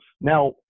Now